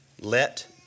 Let